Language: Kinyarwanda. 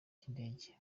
cy’indege